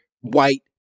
white